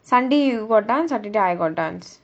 sunday you got dance saturday I got dance